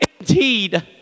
indeed